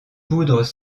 poudres